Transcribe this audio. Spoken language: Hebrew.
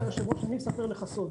היושב-ראש, אני אספר לך סוד.